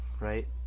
right